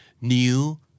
new